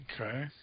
Okay